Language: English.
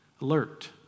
alert